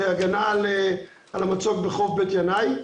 להגנה על המצוק בחוף בית ינאי,